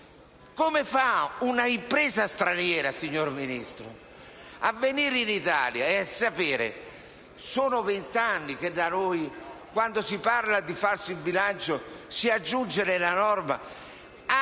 Come fa un'impresa straniera, signor Ministro, a venire in Italia e a sapere che sono vent'anni che da noi, quando si parla di falso in bilancio, si aggiunge nella norma